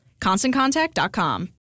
ConstantContact.com